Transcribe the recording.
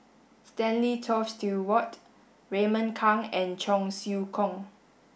Stanley Toft Stewart Raymond Kang and Cheong Siew Keong